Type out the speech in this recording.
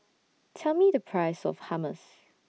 Tell Me The Price of Hummus